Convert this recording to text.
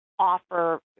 offer